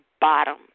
bottom